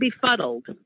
befuddled